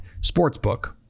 sportsbook